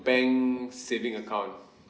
bank saving account